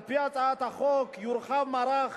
על-פי הצעת החוק, יורחב מערך